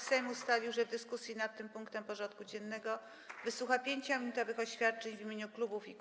Sejm ustalił, że w dyskusji nad tym punktem porządku dziennego wysłucha 5-minutowych oświadczeń w imieniu klubów i kół.